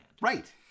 Right